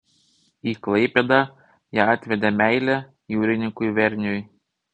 į klaipėdą ją atvedė meilė jūrininkui verniui